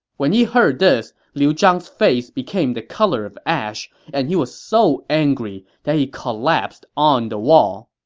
when he heard this, liu zhang's face became the color of ash, and he was so angry that he collapsed on the wall.